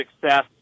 success